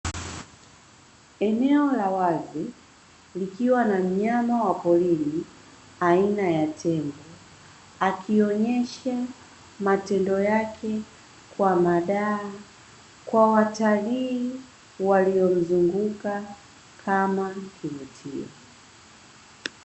Eneo la wazi, likiwa na mnyama wa porini aina ya tembo. Akionyesha matendo yake kwa madaha, kwa watalii waliomzunguka kama kivutio.